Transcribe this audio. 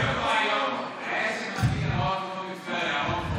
הרעיון הוא רעיון, בטבריה רון קובי.